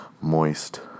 moist